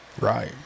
right